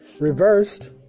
Reversed